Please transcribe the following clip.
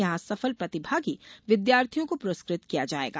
यहां सफल प्रतिभागी विद्यार्थियों को पुरस्कृत किया जायेगा